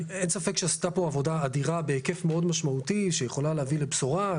אין ספק שנעשתה פה עבודה אדירה בהיקף מאוד משמעותי שיכולה להביא לבשורה.